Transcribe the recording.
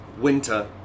winter